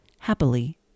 happily